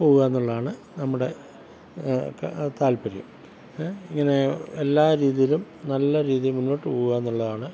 പോവുകയെന്നുള്ളതാണ് നമ്മുടെ താല്പര്യം ഇങ്ങനെ എല്ലാ രീതിയിലും നല്ല രീതിയിൽ മുന്നോട്ട് പോവുകയെന്നുള്ളതാണ്